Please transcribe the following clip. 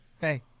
hey